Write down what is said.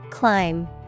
climb